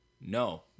No